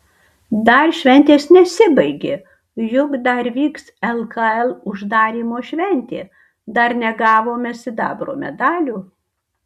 dar šventės nesibaigė juk dar vyks lkl uždarymo šventė dar negavome sidabro medalių